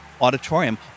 auditorium